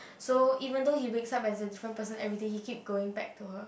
so even though he wakes up as a different person everyday he keep going back to her